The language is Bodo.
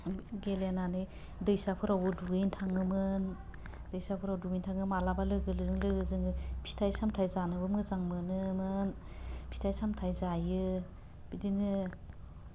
गेलेनानै दैसाफोरावबो दुगैनो थाङोमोन दैसाफोराव दुगैनो थाङो मालाबा लोगोदों लोगो जोङो फिथाइ सामथाइ जानोबो मोजां मोनोमोन फिथाइ सामथाइ जायो बिदिनो